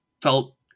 felt